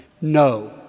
No